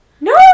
No